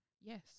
Yes